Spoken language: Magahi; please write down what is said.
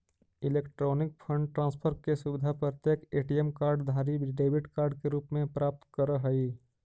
इलेक्ट्रॉनिक फंड ट्रांसफर के सुविधा प्रत्येक ए.टी.एम कार्ड धारी डेबिट कार्ड के रूप में प्राप्त करऽ हइ